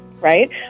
right